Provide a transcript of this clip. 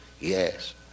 Yes